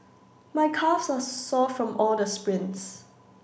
my calves are sore from all the sprints